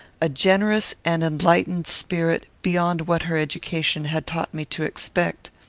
a generous and enlightened spirit, beyond what her education had taught me to expect.